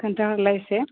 खोन्थाहरलाय एसे